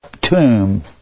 tomb